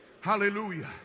hallelujah